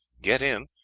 get in,